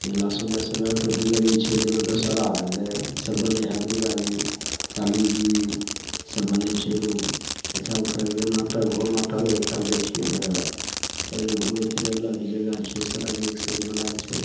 मेला समय समयपर भी लगै छै जेना दशहरा भेलै सब बनै हइ दुरगाजी कालीजी सब बनै छै लोक देखै उखैले गेल नाटक होल नाटक देखैले जाइ छिए हमे आओर सगरे घुमै फिरैवला भी जगह छै सड़क एकसे एक बनाएल छै